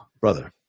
brother